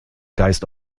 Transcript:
geist